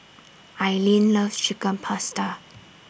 Aileen loves Chicken Pasta